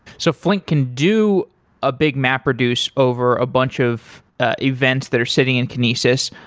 so flink can do a big mapreduce over a bunch of events that are sitting in kinesis,